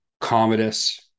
Commodus